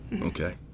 Okay